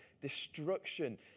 Destruction